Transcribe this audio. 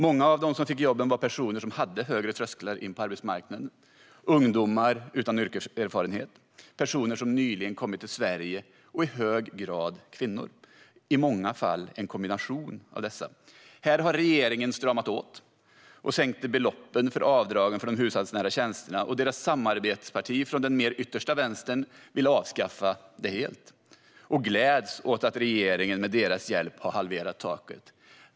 Många av dem som fick jobben var personer som hade högre trösklar in till arbetsmarknaden: ungdomar utan yrkeserfarenhet, personer som nyligen kommit till Sverige och i hög grad kvinnor. I många fall var det en kombination av dessa. Här har regeringen stramat åt och sänkt beloppen för avdrag för hushållsnära tjänster. Dess samarbetsparti från den mer yttersta vänstern vill avskaffa det helt och gläds åt att regeringen med deras hjälp har halverat taket.